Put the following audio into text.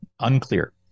unclear